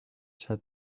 said